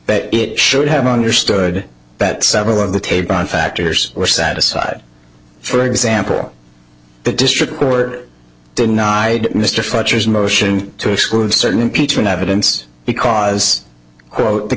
that it should have understood that several of the tape on factors were satisfied for example the district court denied mr rogers motion to exclude certain impeachment evidence because quote the